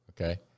okay